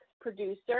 producer